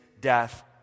death